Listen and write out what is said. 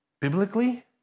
biblically